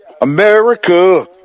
America